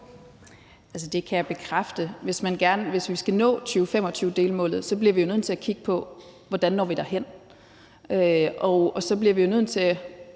Det kan jeg bekræfte. Hvis vi skal nå 2025-delmålet, bliver vi jo nødt til at kigge på, hvordan vi når derhen, og så bliver vi jo nødt til